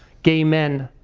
gay men,